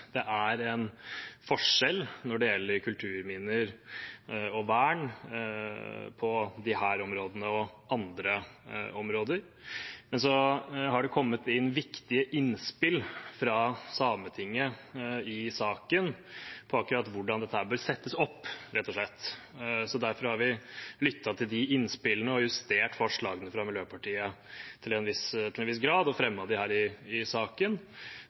det er en forskjell når det gjelder kulturminner og vern på disse og andre områder. Men så har det kommet viktige innspill i saken fra Sametinget om akkurat hvordan dette bør settes opp. Derfor har vi lyttet til de innspillene og justert forslagene fra Miljøpartiet De Grønne til en viss grad og fremmet dem her i saken. Jeg mener det er viktig å lytte til Sametinget i